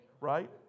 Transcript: right